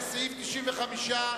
אני קובע שבתי-חולים ממשלתיים, סעיף 94,